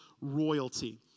royalty